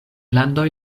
landoj